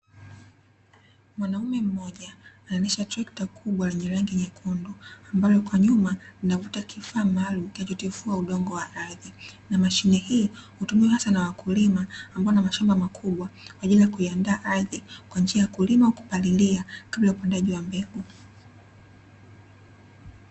Mwanaume mmoja, anaendesha trekta kubwa lenye rangi nyekundu, ambalo kwa nyuma linavuta kifaa maalumu kinachotifua udongo wa ardhi, na mashine hii hutumiwa hata na wakulima ambao wana mashamba makubwa kwa ajili ya kuiandaa ardhi kwa njia ya kulima au kupalilia kabla ya upandaji wa mbegu.